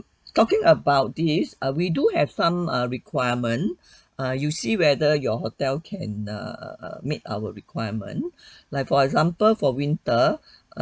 talking about this err we do have some err requirement err you see whether your hotel can err meet our requirements like for example for winter